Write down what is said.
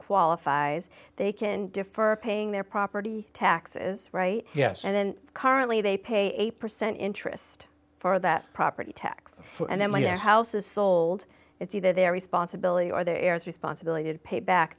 qualifies they can defer paying their property taxes right yes and then currently they pay eight percent interest for that property tax and then when your house is sold it's either their responsibility or their heirs responsibility to pay back